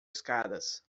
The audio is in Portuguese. escadas